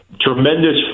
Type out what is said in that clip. tremendous